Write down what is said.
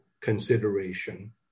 consideration